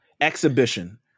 exhibition